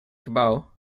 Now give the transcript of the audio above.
gebouw